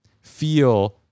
feel